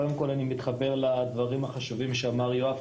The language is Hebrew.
קודם כל אני מתחבר לדברים החשובים שאמר יואב,